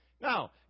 Now